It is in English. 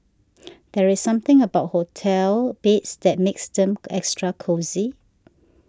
there's something about hotel beds that makes them extra cosy